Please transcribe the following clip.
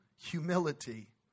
humility